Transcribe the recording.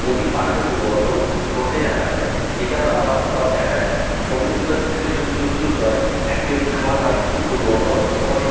নদী পাড়েরও পরিবর্তন ঘটতে দেখা যায় সেই কারণে আবার আবার দেখা যায় সমুদ্র থেকে শুধু নয় অ্যাকচ্যুয়েলি খামার বাড়ি থেকেও পরিবর্তন ঘটে